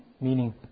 meaning